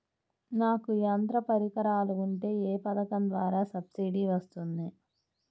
నాకు యంత్ర పరికరాలు ఉంటే ఏ పథకం ద్వారా సబ్సిడీ వస్తుంది?